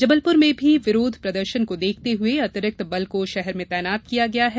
जबलपुर में भी विरोध प्रदर्शन को देखते हुए अतिरिक्त बल को शहर में तैनात किया गया है